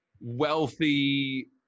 wealthy